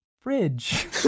fridge